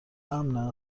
امن